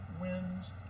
wins